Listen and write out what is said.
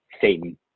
Satan